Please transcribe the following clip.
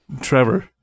Trevor